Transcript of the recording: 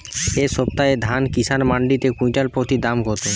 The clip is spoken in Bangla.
এই সপ্তাহে ধান কিষান মন্ডিতে কুইন্টাল প্রতি দাম কত?